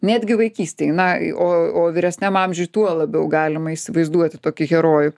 netgi vaikystėj na o o vyresniam amžiuj tuo labiau galima įsivaizduoti tokį herojų